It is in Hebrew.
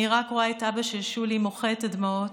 אני רק רואה אבא של שולי מוחה את הדמעות,